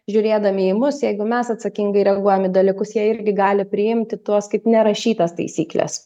žiūrėdami į mus jeigu mes atsakingai reaguojam į dalykus jie irgi gali priimti tuos kaip nerašytas taisykles